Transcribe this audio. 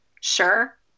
sure